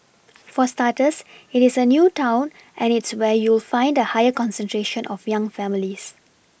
for starters it is a new town and it's where you'll find a higher concentration of young families